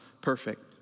perfect